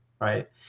Right